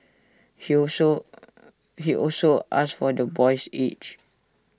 he also he also asked for the boy's age